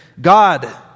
God